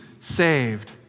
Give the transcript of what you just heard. saved